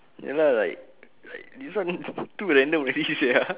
ya lah like like this one too random already ya